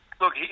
Look